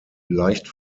leicht